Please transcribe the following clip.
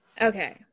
Okay